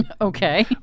Okay